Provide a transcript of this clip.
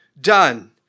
done